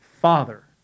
father